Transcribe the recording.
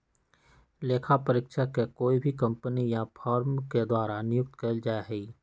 लेखा परीक्षक के कोई भी कम्पनी या फर्म के द्वारा नियुक्त कइल जा हई